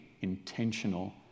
intentional